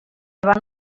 van